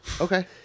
Okay